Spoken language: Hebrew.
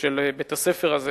של בית-הספר הזה